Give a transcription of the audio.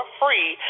free